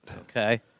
Okay